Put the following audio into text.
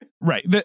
Right